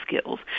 skills